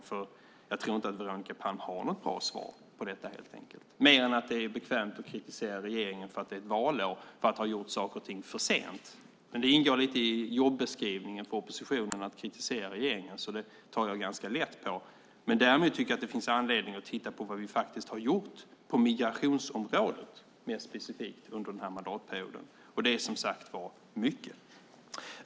Jag inte tror att Veronica Palm har något bra svar på det mer än att det är bekvämt att kritisera regeringen ett valår för att ha gjort saker och ting för sent. Men det ingår lite i jobbeskrivningen för oppositionen att kritisera regeringen, så det tar jag ganska lätt på. Däremot tycker jag att det finns anledning att titta på vad vi faktiskt har gjort på migrationsområdet mer specifikt under den här mandatperioden. Det är som sagt var mycket.